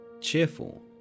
cheerful